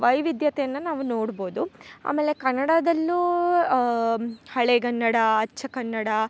ವೈವಿಧ್ಯತೆಯನ್ನ ನಾವು ನೋಡ್ಬೌದು ಆಮೇಲೆ ಕನ್ನಡದಲ್ಲೂ ಹಳೆಗನ್ನಡ ಅಚ್ಚ ಕನ್ನಡ